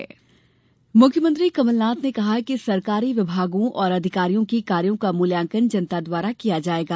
मुख्यमंत्री मुख्यमंत्री कमलनाथ ने कहा है कि सरकारी विभागों और अधिकारियों के कार्यो का मूल्यांकन जनता द्वारा किया जायेगा